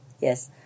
Yes